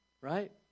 Right